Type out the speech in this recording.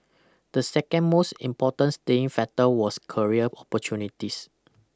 the second most important staying factor was career opportunities